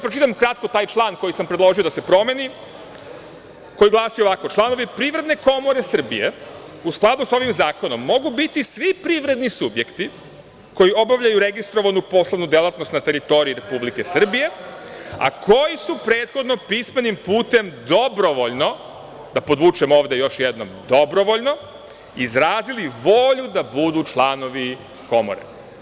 Pročitaću vam kratko taj član koji sam predložio da se promeni, koji glasi ovako – članovi Privredne komore Srbije u skladu sa ovim zakonom mogu biti svi privredni subjekti koji obavljaju registrovanu poslovnu delatnost na teritoriji Republike Srbije, a koji su prethodno pismenim putem dobrovoljno, da podvučem ovde još jednom dobrovoljno, izrazili volju da budu članovi Komore.